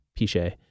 Pichet